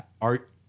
art